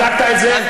בדקת את זה?